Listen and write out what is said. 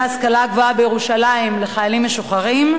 השכלה גבוהה בירושלים לחיילים משוחררים,